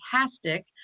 fantastic